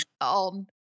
on